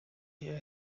hear